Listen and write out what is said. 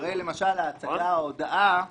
למשל ההצגה "ההודאה",